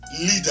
leader